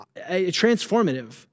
transformative